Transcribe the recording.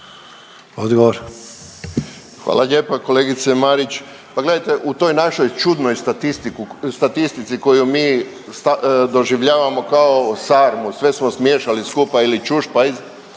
Hvala lijepa kolegice Marić. Pa gledajte, u toj našoj čudnoj statistici koju mi doživljavamo kao sarmu, sve smo smiješali skupa ili čušpajz,